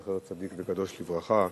זכר צדיק וקדוש לברכה,